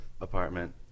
apartment